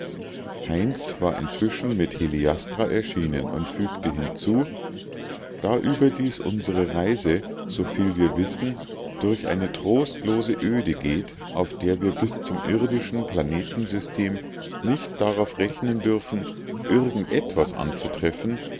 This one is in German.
heinz war inzwischen mit heliastra erschienen und fügte hinzu da überdies unsere reise so viel wir wissen durch eine trostlose öde geht auf der wir bis zum irdischen planetensystem nicht darauf rechnen dürfen irgend etwas anzutreffen